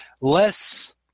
less